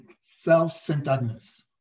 self-centeredness